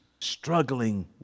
struggling